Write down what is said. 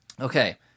Okay